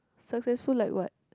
successful like what